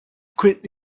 quick